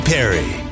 Perry